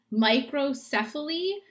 microcephaly